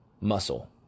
muscle